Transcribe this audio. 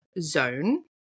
zone